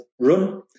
run